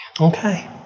Okay